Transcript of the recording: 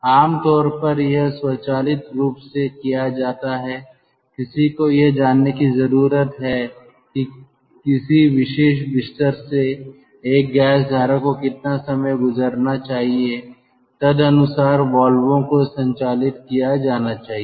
आम तौर पर यह स्वचालित रूप से किया जाता है किसी को यह जानने की जरूरत है कि किसी विशेष बिस्तर से एक गैस धारा को कितना समय गुजरना चाहिए और तदनुसार वाल्वों को संचालित किया जाना चाहिए